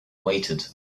waited